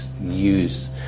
use